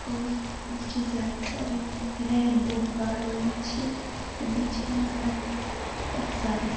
اور مےٚ چھِ زیادٕ تر یِم رینبو گاڈ یِم چھِ تِمَے چھِ مےٚ زیادٕ تَر پَسنٛد